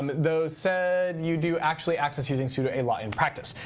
though said you do actually access using sudo a lot in practice.